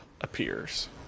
appears